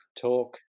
talk